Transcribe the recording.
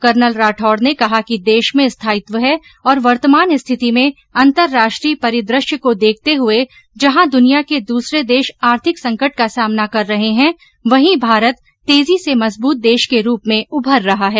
colonel Rathore ने कहा कि देश में स्थायित्व है और वर्तमान स्थिति में अंतर्राष्ट्रीय परिदृश्य को देखते हुए जहां दुनिया के दूसरे देश आर्थिक संकट का सामना कर रहे है वहीं भारत तेजी से मजबूत देश के रूप में उमर रहा है